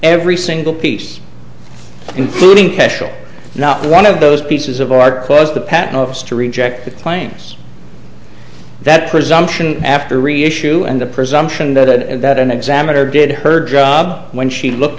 every single piece including kushal not one of those pieces of art because the patent office to reject the claims that presumption after reissue and the presumption that that an examiner did her job when she looked